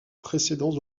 précédents